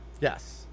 Yes